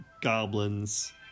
goblins